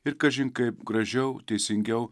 ir kažin kaip gražiau teisingiau